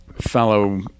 fellow